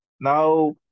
Now